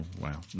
wow